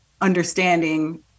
understanding